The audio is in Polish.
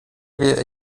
wie